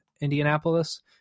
Indianapolis